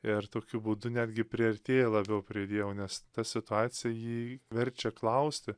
ir tokiu būdu netgi priartėja labiau prie dievo nes ta situacija jį verčia klausti